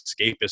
escapist